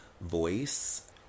voice